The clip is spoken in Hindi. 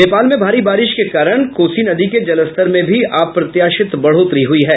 नेपाल में भारी बारिश के कारण कोसी नदी के जलस्तर में भी अप्रत्याशित बढ़ोतरी हुयी है